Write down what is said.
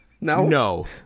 no